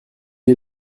est